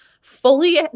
fully